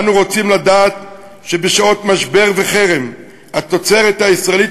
אנו רוצים לדעת שבשעות משבר וחרם התוצרת הישראלית